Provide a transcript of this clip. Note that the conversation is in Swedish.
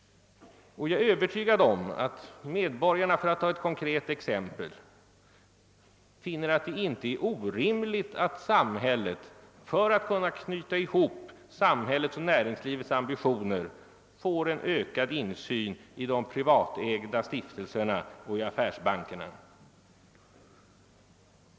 Jag är förvissad om att medborgarna — för att ta ett konkret exempel — finner att det inte är orimligt att samhället för att kunna knyta ihop sina och näringslivets ambitioner får en vidgad insyn i de privatägda stiftelserna och i affärsbankerna.